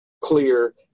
Clear